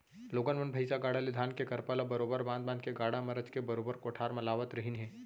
लोगन मन भईसा गाड़ा ले धान के करपा ल बरोबर बांध बांध के गाड़ा म रचके बरोबर कोठार म लावत रहिन हें